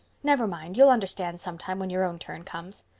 never mind, you'll understand sometime, when your own turn comes.